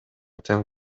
тең